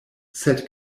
sed